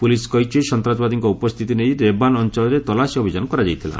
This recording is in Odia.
ପୁଲିସ୍ କହିଛି ସନ୍ତାସବାଦୀଙ୍କ ଉପସ୍ଥିତି ନେଇ ରେବାନ୍ ଅଞ୍ଚଳରେ ତଲାସୀ ଅଭିଯାନ କରାଯାଇଥିଲା